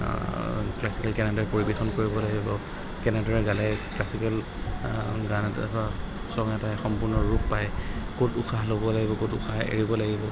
classical কেনেদৰে পৰিৱেশন কৰিব লাগিব কেনেদৰে গালে ক্লাছিকেল গান এটাই ছং এটাই সম্পূৰ্ণ ৰূপ পাই ক'ত উশাহ ল'ব লাগিব ক'ত উশাহ এৰিব লাগিব